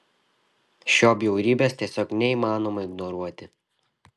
šio bjaurybės tiesiog neįmanoma ignoruoti